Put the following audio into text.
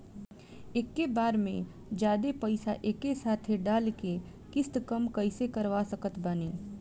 एके बार मे जादे पईसा एके साथे डाल के किश्त कम कैसे करवा सकत बानी?